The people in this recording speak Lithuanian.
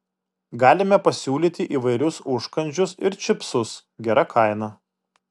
galime pasiūlyti įvairius užkandžius ir čipsus gera kaina